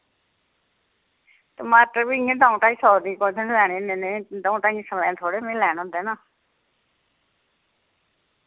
टमाटर बी इ'यां द'ऊं ढाई सौ दी कु'त्थे लैने इ'न्ने नेह् द'ऊं ढाइयें सवें थोह्ड़े में लैन होंदे न